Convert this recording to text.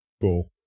Cool